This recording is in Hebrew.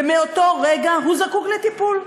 מאותו רגע הוא זקוק לטיפול.